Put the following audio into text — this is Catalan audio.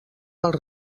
pels